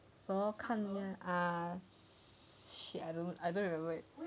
shit I don't remember it